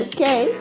Okay